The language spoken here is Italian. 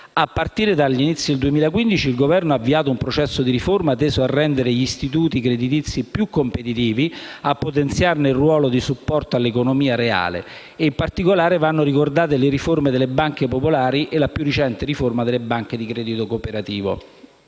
A partire dagli inizi del 2015, il Governo ha avviato un processo di riforma teso a rendere gli istituiti creditizi più competitivi e a potenziarne il ruolo di supporto all'economia reale. In particolare, vanno ricordate la riforma delle banche popolari e la più recente riforma delle banche di credito cooperativo.